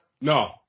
no